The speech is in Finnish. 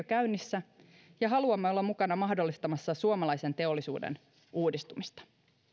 käynnissä ja haluamme olla mukana mahdollistamassa suomalaisen teollisuuden uudistumista